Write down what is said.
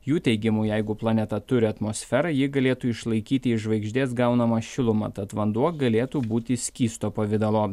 jų teigimu jeigu planeta turi atmosferą ji galėtų išlaikyti iš žvaigždės gaunamą šilumą tad vanduo galėtų būti skysto pavidalo